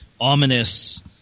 ominous